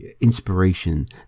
inspiration